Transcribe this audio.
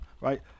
right